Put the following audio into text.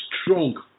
strong